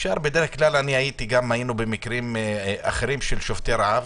היינו במקרים אחרים של שובתי רעב,